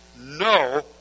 no